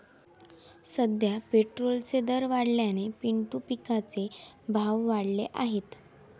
सध्या पेट्रोलचे दर वाढल्याने पिंटू पिकाचे भाव वाढले आहेत